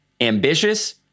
Ambitious